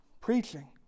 Preaching